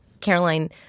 Caroline